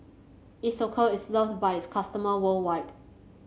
Isocal is loved by its customer worldwide